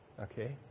Okay